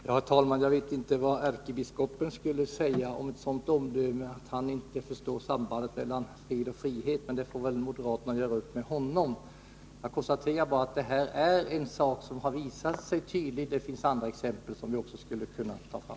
Vissa anslag inom Herr talman! Jag vet inte vad ärkebiskopen skulle säga om ett sådant utrikesdeparteomdöme som att han inte förstår sambandet mellan fred och frihet, men den — mentets område saken får väl moderaterna göra upp med honom. Jag konstaterar bara att moderaternas inställning i den här frågan har visat sig tydligt. Det finns andra exempel som också skulle kunna tas fram.